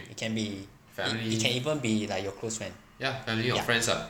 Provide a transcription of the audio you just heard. can be it can even be like your close friend ya